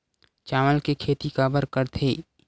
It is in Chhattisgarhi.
चावल के खेती काबर करथे?